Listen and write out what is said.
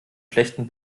schlechten